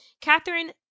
Catherine